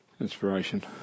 inspiration